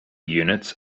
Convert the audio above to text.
units